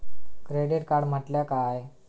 Credit card म्हटल्या काय?